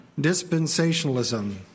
dispensationalism